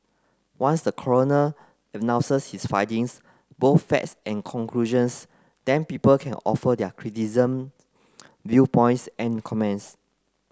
once the coroner announces his findings both facts and conclusions then people can offer their criticism viewpoints and comments